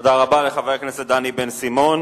תודה רבה לחבר הכנסת דני בן-סימון.